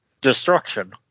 destruction